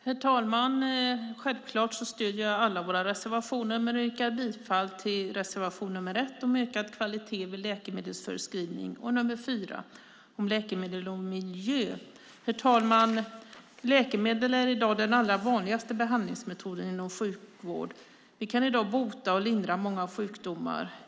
Herr talman! Självfallet stöder jag alla våra reservationer, men jag yrkar bifall till bara reservation 1 om ökad kvalitet vid läkemedelsförskrivning och reservation 4 om läkemedel och miljö. Herr talman! Läkemedel är i dag den allra vanligaste behandlingsmetoden inom sjukvården. Vi kan i dag bota och lindra många sjukdomar.